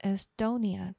Estonia